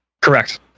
Correct